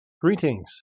Greetings